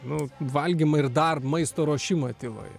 nu valgymą ir dar maisto ruošimą tyloje